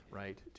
right